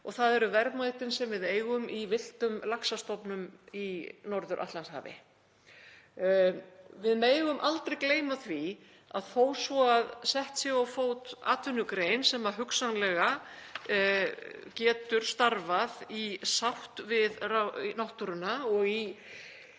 og það eru verðmætin sem við eigum í villtum laxastofnum í Norður-Atlantshafi. Við megum aldrei gleyma því að þó svo að sett sé á fót atvinnugrein sem hugsanlega getur starfað í sátt við náttúruna og